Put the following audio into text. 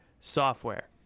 Software